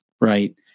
right